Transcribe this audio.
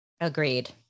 Agreed